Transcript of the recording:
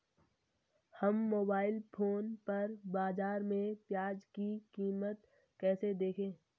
हम mobile phone पर बाज़ार में प्याज़ की कीमत कैसे देखें?